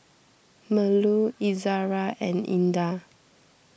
Melur Izara and Indah